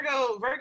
virgo